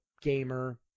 gamer